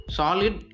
solid